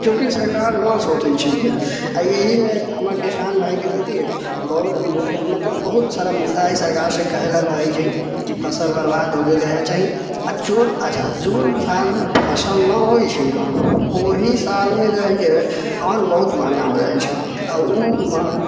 चुकी सरकार न सोचै छै अइके आ एहिमे हमरा किसान भाइ के कथि है बहुत मुद्दा मतलब बहुत सारा मुद्दा अइ सरकार से कहेला रहै छै की फसल बर्बाद हो गेलै है चाही अच्छा जो साल मे फसल न होइ छै न ओहि साल मे जे है के अन्न बहुत महँगा हो जाइ छै आ ओ महँ